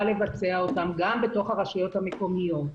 לבצע אותם גם בתוך הרשויות המקומיות.